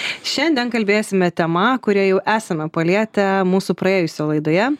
šiandien kalbėsime tema kurią jau esame palietę mūsų praėjusioj laidoje